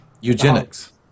eugenics